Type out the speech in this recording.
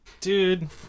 Dude